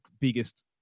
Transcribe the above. biggest